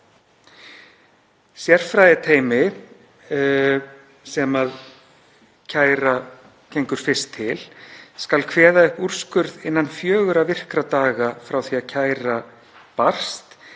Sérfræðiteymi sem kæra gengur fyrst til skal kveða upp úrskurð innan fjögurra virkra daga frá því að kæra barst